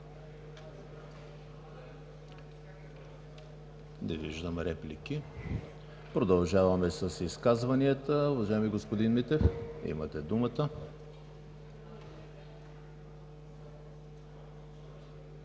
Не виждам. Продължаваме с изказванията. Уважаеми господин Митев, имате думата.